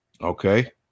Okay